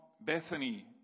Bethany